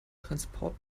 transport